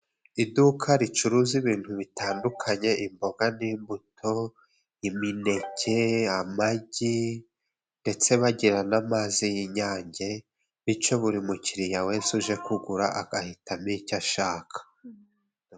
Iduka ricuruza ibintu bitandukanye imboga n'imbuto, imineke, amagi ndetse bagira n'amazi y'Inyange, bityo buri mukiriya wese uje kugura agahitamo icyo ashaka.